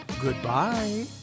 Goodbye